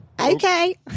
Okay